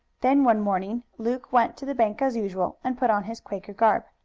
then one morning luke went to the bank as usual and put on his quaker garb.